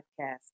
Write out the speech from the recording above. podcast